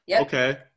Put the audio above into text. okay